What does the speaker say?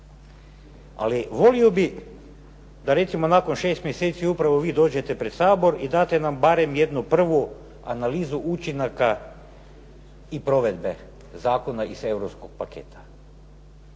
Ali volio bih da recimo nakon 6 mjeseci upravo vi dođete pred Sabor i date nam barem jednu prvu analizu učinaka i provedbe zakona iz europskog paketa.